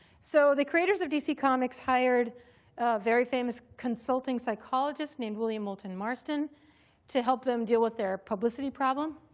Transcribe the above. so the creators of dc comics hired a very famous consulting psychologist named william moulton marston to help them deal with their publicity problem.